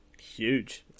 Huge